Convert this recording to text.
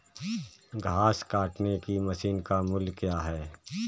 घास काटने की मशीन का मूल्य क्या है?